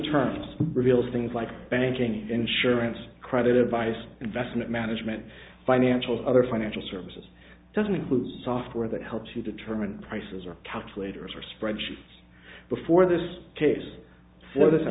terms reveals things like banking insurance credit advise investment management financials other financial services doesn't include software that helps to determine prices or calculators or spreadsheets before this case or th